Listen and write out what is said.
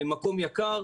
מקום יקר.